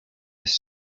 his